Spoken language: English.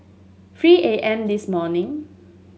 three A M this morning